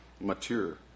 mature